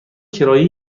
کرایه